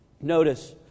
Notice